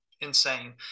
insane